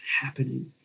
happening